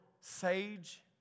sage